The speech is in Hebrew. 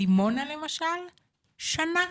בדימונה למשל, שנה.